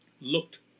Looked